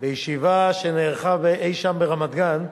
בישיבה שנערכה אי-שם ברמת-גן,